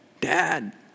Dad